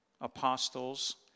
apostles